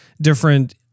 different